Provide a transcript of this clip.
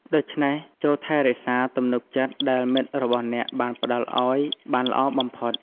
ដូច្នេះ ចូរថែរក្សាទំនុកចិត្តដែលមិត្តរបស់អ្នកបានផ្តល់ឱ្យបានល្អបំផុត។